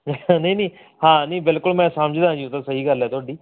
ਨਹੀਂ ਨਹੀਂ ਹਾਂ ਨਹੀਂ ਬਿਲਕੁਲ ਮੈਂ ਸਮਝਦਾ ਜੀ ਉਹ ਤਾਂ ਸਹੀ ਗੱਲ ਹੈ ਤੁਹਾਡੀ